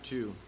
Two